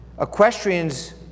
Equestrians